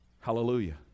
Hallelujah